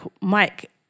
Mike